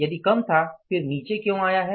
यदि कम था फिर नीचे क्यों आया है